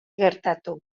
gertatu